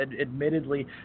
admittedly